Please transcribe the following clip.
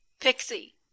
pixie